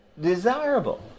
desirable